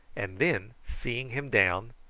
and then, seeing him down,